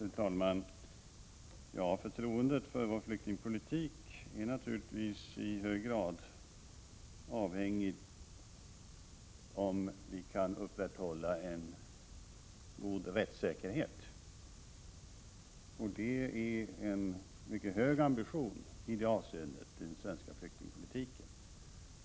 Fru talman! Förtroendet för vår flyktingpolitik är naturligtvis i hög grad avhängigt av om vi kan upprätthålla en god rättssäkerhet. Det är en mycket hög ambitionsnivå i den svenska flyktingpolitiken.